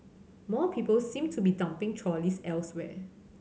more people seem to be dumping trolleys elsewhere